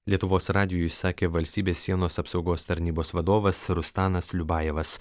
lietuvos radijui sakė valstybės sienos apsaugos tarnybos vadovas rustamas liubajevas